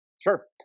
Sure